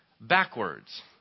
backwards